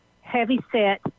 heavy-set